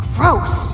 Gross